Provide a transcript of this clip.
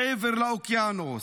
מעבר לאוקיינוס.